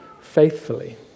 faithfully